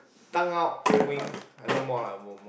Tang-Au wing I look more like a more more